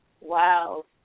Wow